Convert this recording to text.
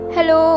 Hello